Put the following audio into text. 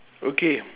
okay